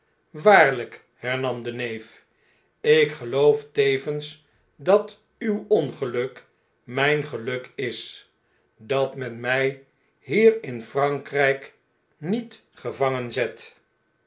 waarln'k hernam de neef ikgelooftevens dat uw ongeluk mijn geluk is dat men my hier in frankrflk niet gevangen zet